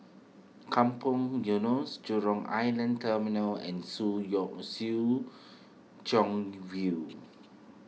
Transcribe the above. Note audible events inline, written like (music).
Kampong Eunos Jurong Island Terminal and Soo (unintelligible) Soo Chow View